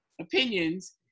opinions